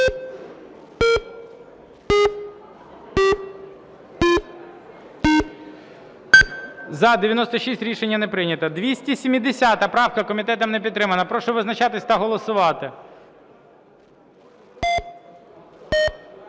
За-96 Рішення не прийнято. 270 правка. Комітетом не підтримана. Прошу визначатися та голосувати.